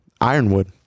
Ironwood